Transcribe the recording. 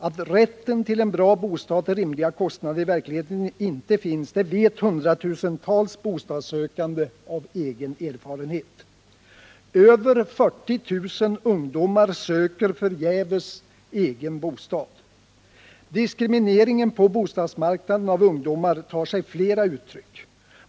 Att rätten till en bra bostad till rimliga kostnader i verkligheten inte finns vet hundratusentals bostadssökande av egen erfarenhet. Över 40 000 ungdomar söker förgäves egen bostad. Diskrimineringen av ungdomar på bostadsmarknaden tar sig flera uttryck.